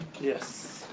Yes